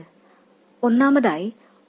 അവ ഇവിടെ പരാമർശിച്ചിട്ടുണ്ട്